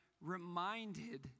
reminded